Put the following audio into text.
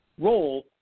role